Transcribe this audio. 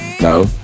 no